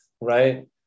right